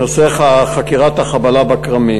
בנושא חקירת החבלה בכרמים: